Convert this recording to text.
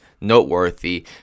noteworthy